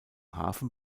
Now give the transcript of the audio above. hafen